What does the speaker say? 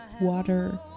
water